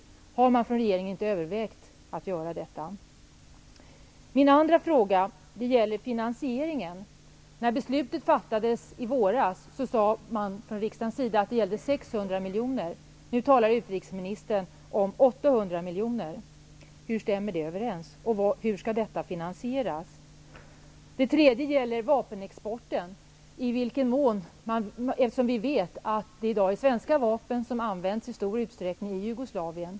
Har regeringen övervägt att kalla in riksdagen? Min andra fråga gäller finansieringen. När beslutet fattades i våras sades det från riksdagens sida att det gällde 600 miljoner. Nu talar utrikesministern om 800 miljoner. Hur stämmer det överens? Hur skall detta finansieras? Den tredje frågan gäller vapenexporten. Vi vet att det är svenska vapen som i stor utsträckning används i Jugoslavien.